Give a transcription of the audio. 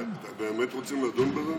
אתם באמת רוצים לדון בזה?